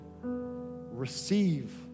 receive